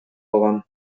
алган